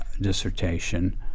dissertation